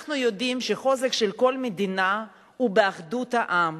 אנחנו יודעים שהחוזק של כל מדינה הוא באחדות העם,